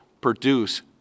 produce